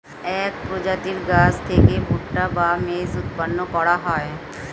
এক প্রজাতির গাছ থেকে ভুট্টা বা মেজ উৎপন্ন হয়